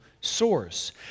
source